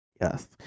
yes